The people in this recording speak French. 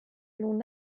l’on